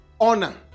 honor